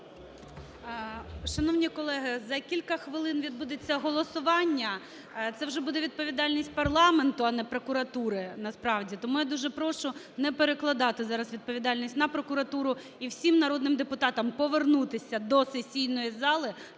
Шановні колеги, за кілька хвилин відбудеться голосування, це вже буде відповідальність парламенту, а не прокуратури насправді. Тому я дуже прошу не перекладати зараз відповідальність на прокуратуру і всім народним депутата повернутися до сесійної зали